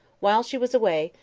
while she was away,